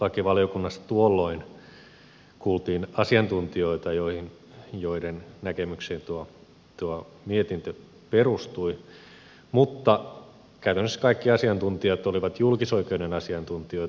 perustuslakivaliokunnassa tuolloin kuultiin asiantuntijoita joiden näkemyksiin tuo mietintö perustui mutta käytännössä kaikki asiantuntijat olivat julkisoikeuden asiantuntijoita